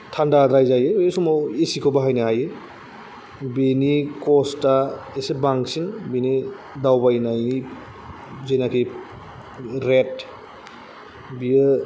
थान्डाद्राय जायो बे समाव एसिखौ बाहायनाय जायो बिनि क्स्ता एसे बांसिन बेनि दावबायनाय जेनाकि रेट बियो